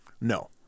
No